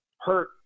hurt